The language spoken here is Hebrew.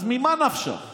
אז ממה נפשך,